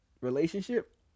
relationship